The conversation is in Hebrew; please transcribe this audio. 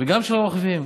וגם של הרוכבים,